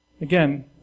Again